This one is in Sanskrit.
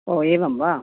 ओ एवं वा